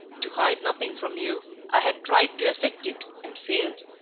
to hide nothing from you, i had tried to effect it, and failed.